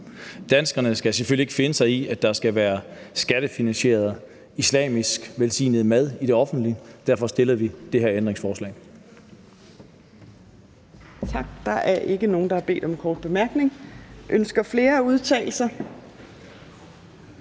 Danskerne skal selvfølgelig ikke finde sig i, at der skal være skattefinansieret islamisk velsignet mad i det offentlige. Derfor har vi stillet det her ændringsforslag.